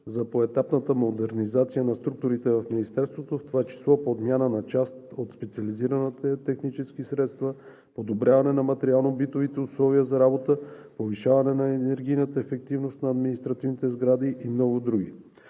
за поетапната модернизация на структурите в Министерството, в това число за подмяната на част от специализираните технически средства, подобряването на материално-битовите условия за работа и повишаването на енергийната ефективност на административните сгради, и много други.